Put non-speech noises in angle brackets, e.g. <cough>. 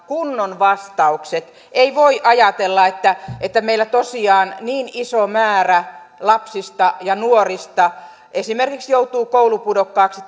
kunnon vastaukset ei voi ajatella että että meillä tosiaan niin iso määrä lapsista ja nuorista esimerkiksi joutuu koulupudokkaaksi <unintelligible>